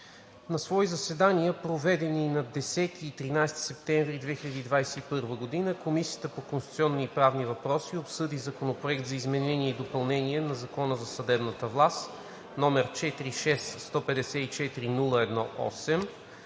На свои заседания, проведени на 10 и 13 септември 2021 г., Комисията по конституционни и правни въпроси обсъди Законопроект за изменение и допълнение на Закон за съдебната власт, № 46-154-01-8,